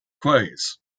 quays